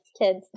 kids